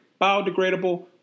biodegradable